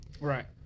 Right